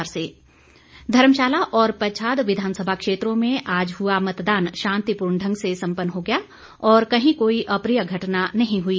उपचुनाव धर्मशाला और पच्छाद विधानसभा क्षेत्रों में आज हआ मतदान शांतिपूर्ण ढंग से सम्पन्न हो गया और कहीं कोई अप्रिय घटना नहीं हई